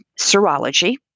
serology